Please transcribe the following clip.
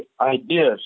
ideas